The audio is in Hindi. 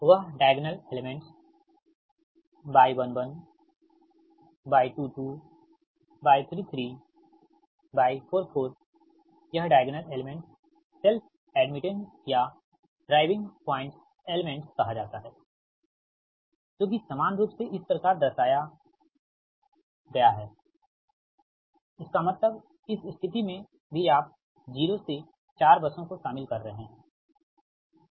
वह डायग्नल एलेमेंट्स है Y11Y22Y33Y44यह डायग्नल एलेमेंट्स सेल्फ एड्मिटेंस या ड्राइविंग पॉइंट्स एलेमेंट्स कहा जाता है ठीकजो कि सामान्य रूप से इस प्रकार दर्शाया Yiik0nyikki जाता हैइसका मतलबइस स्थिति में भी आप 0 से 4 बसों को शामिल कर रहे है